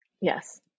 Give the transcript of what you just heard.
Yes